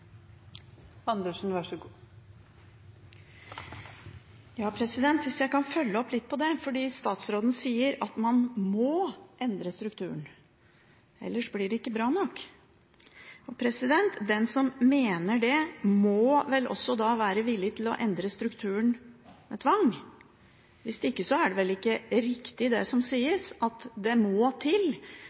Hvis jeg kan følge opp dette litt: Statsråden sier at man må endre strukturen, ellers blir det ikke bra nok. Den som mener det, må vel også være villig til å endre strukturen med tvang? Hvis ikke er det vel ikke riktig det som sies, at dette må til